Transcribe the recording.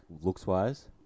looks-wise